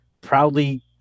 proudly